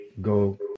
go